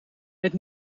het